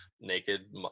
naked